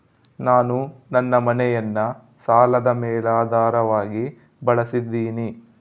ನಾನು ನನ್ನ ಮನೆಯನ್ನ ಸಾಲದ ಮೇಲಾಧಾರವಾಗಿ ಬಳಸಿದ್ದಿನಿ